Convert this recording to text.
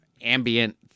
ambient